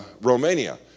Romania